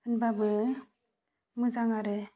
होनबाबो मोजां आरो